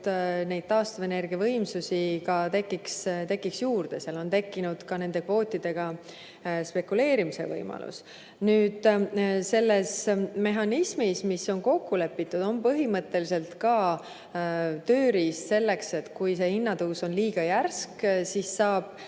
et taastuvenergia võimsusi tegelikult juurde tekiks. On tekkinud ka nende kvootidega spekuleerimise võimalus. Nüüd, selles mehhanismis, mis on kokku lepitud, on põhimõtteliselt ka tööriist selleks, et kui see hinnatõus on liiga järsk, siis saab